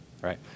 right